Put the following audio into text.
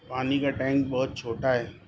پانی کا ٹینک بہت چھوٹا ہے